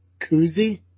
koozie